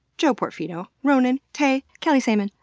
joe porfido, ronan, tay, kelly semon,